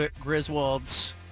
Griswold's